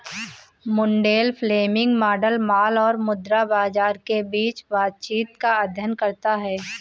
Mundell Fleming model माल और मुद्रा बाजार के बीच बातचीत का अध्ययन करता है